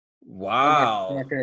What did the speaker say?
Wow